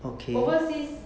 overseas